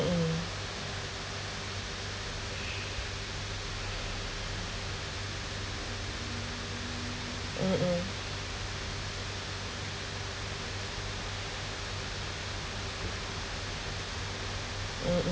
mm mm mm mm mm